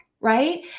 right